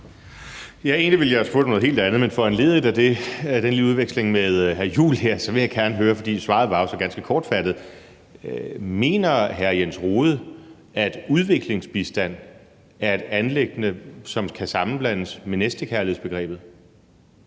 jeg have spurgt om noget helt andet, men foranlediget af den lille udveksling med hr. Christian Juhl her vil jeg gerne høre om noget, for svaret var jo så ganske kortfattet. Mener hr. Jens Rohde, at udviklingsbistand er et anliggende, som kan sammenblandes med næstekærlighedsbegrebet?